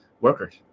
workers